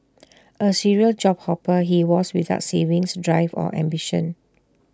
A serial job hopper he was without savings drive or ambition